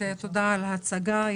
תודה עבור הצגת הדברים.